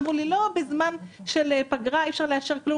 אמרו לי: לא, בזמן של פגרה, אי-אפשר לאשר דבר.